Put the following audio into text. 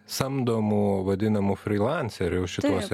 samdomų vadinamų frylancerių šituose